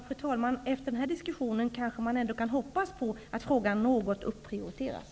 Fru talman! Efter den här diskussionen kanske man ändå kan hoppas på att frågan något upprioriteras.